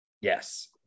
Yes